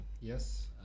Yes